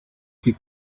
you